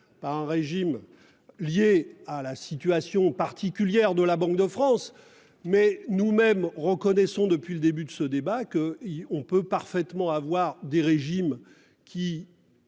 par un régime lié à la situation particulière de la Banque de France, mais nous reconnaissons nous-mêmes depuis le début de ce débat qu'il peut parfaitement exister des régimes qui,